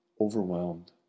overwhelmed